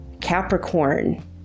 Capricorn